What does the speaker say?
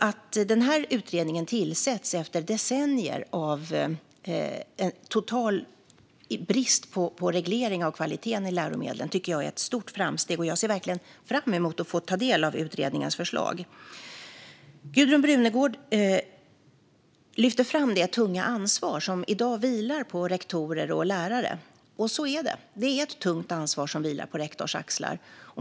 Att utredningen tillsätts efter decennier av total brist på reglering av kvaliteten i läromedlen är ett stort framsteg. Jag ser verkligen fram emot att få ta del av utredningens förslag. Gudrun Brunegård lyfte fram det tunga ansvar som i dag vilar på rektorer och lärare. Så är det. Det är ett tungt ansvar som vilar på rektors axlar.